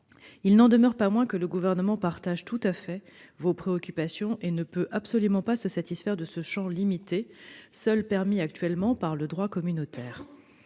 Il n'en demeure pas moins que le Gouvernement partage tout à fait vos préoccupations. Il ne peut absolument pas se satisfaire de ce champ limité, seul permis actuellement par le droit communautaire.